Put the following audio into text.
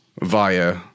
via